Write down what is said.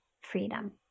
freedom